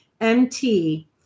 MT